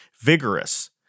vigorous